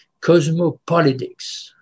cosmopolitics